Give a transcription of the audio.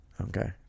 Okay